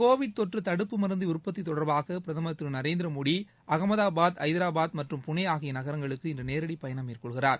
Covid தொற்று தடுப்பு மருந்து உற்பத்தி தொடர்பாக பிரதமர் திரு நரேந்திர மோடி அகமதாபாத் ஐதராபாத் மற்றும் புனே வுக்கு நேரடி பயணம் மேற்கொள்கிறார்